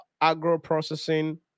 agro-processing